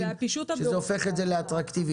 שזה הופך את זה לאטרקטיבי,